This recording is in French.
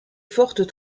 fortes